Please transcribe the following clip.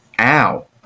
ow